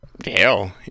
hell